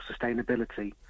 sustainability